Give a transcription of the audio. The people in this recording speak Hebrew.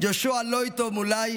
ג'ושוע לואיטו מולל,